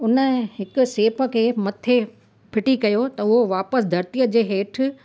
हुन हिकु सेब खे मथे फिटी कयो त उहो वापसि धरतीअ जे हेठि